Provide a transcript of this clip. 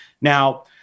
Now